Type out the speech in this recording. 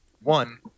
One